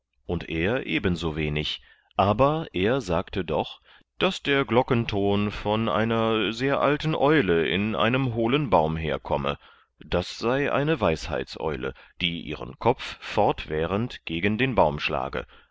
und er ebenso wenig aber er sagte doch daß der glockenton von einer sehr alten eule in einem hohlen baum her komme das sei eine weisheitseule die ihren kopf fortwährend gegen den baum schlage